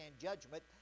judgment